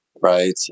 right